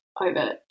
over